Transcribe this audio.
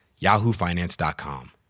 YahooFinance.com